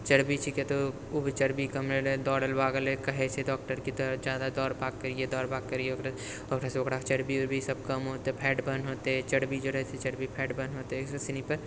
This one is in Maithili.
चर्बी छिके तऽ उ भी चर्बी कम करै लए दौड़ै लए भागै लए कहै छै डॉक्टर कि जादा दौड़ भाग करियै दौड़ भाग करियै ओकरासँ ओकरा चर्बी वर्बी सब कम हौतै फेट बर्न होतै चर्बी जे रहै छै चर्बी फैट बर्न हेतै एहि सनिपर